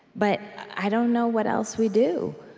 but i don't know what else we do